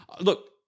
Look